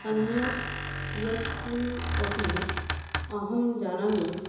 अन्यत् यत्किम् अपि अहं जानामि